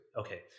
Okay